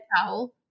towel